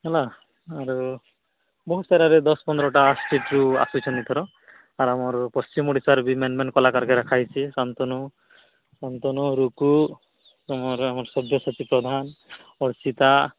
ହେଲା ଆରୁ ବହୁତ ସାରା ଦଶ ପନ୍ଦର ଟା ଆସିଛୁ ଆସିଛନ୍ତି ଏଥର ଆର ମର ପଶ୍ଚିମ ଓଡ଼ିଶାରୁ ବି ମେନ ମେନ କଲାକାର ବି ରଖା ହେଇଛି ସାନ୍ତନୁ ସାନ୍ତନୁ ରୁଗୁ ତୁମର ସବ୍ୟସଚି ପ୍ରଧାନ ଅର୍ଚିତା